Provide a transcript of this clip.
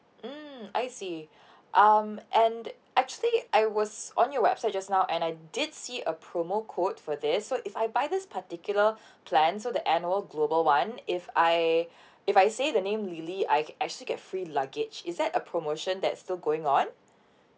mm I see um and actually I was on your website just now and I did see a promo code for this so if I buy this particular plan so the annual global one if I if I say the name lily I ca~ I actually get free luggage is that a promotion that still going on